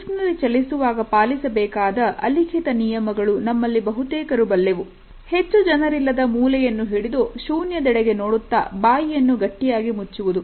ಲಿಫ್ಟಿನಲ್ಲಿ ಚಲಿಸುವಾಗ ಪಾಲಿಸಬೇಕಾದ ಅಲಿಖಿತ ನಿಯಮಗಳು ನಮ್ಮಲ್ಲಿ ಬಹುತೇಕರು ಬಲ್ಲೆವು ಹೆಚ್ಚು ಜನರಿಲ್ಲದ ಮೂಲೆಯನ್ನು ಹಿಡಿದು ಶೂನ್ಯದೆಡೆಗೆ ನೋಡುತ್ತಾ ಬಾಯಿಯನ್ನು ಗಟ್ಟಿಯಾಗಿ ಮುಚ್ಚುವುದು